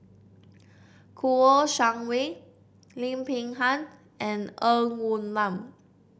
Kouo Shang Wei Lim Peng Han and Ng Woon Lam